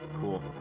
Cool